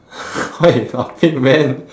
what you talking man